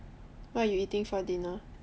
what you eating for dinner